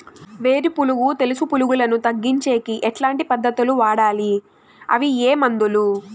వేరు పులుగు తెలుసు పులుగులను తగ్గించేకి ఎట్లాంటి పద్ధతులు వాడాలి? అవి ఏ మందులు?